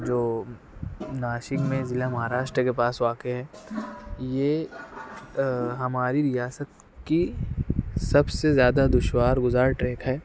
جو ناسک میں ضلع مہاراشٹر کے پاس واقع ہے یہ ہماری ریاست کی سب سے زیادہ دشوار گذار ٹریک ہے